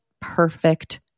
perfect